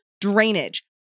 drainage